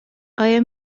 آیا